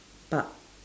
park